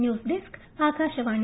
news desk Akashvani